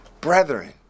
brethren